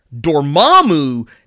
Dormammu